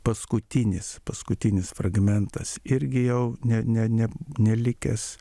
paskutinis paskutinis fragmentas irgi jau ne ne ne nelikęs